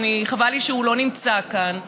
שחבל לי שהוא לא נמצא כאן,